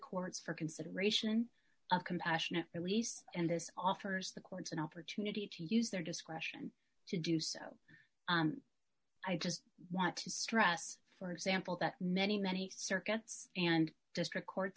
courts for consideration of compassionate release and this offers the court's an opportunity to use their discretion to do so i just want to stress for example that many many circuits and district courts